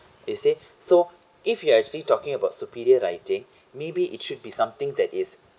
you say so if you are actually talking about superior writing maybe it should be something that is